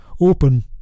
open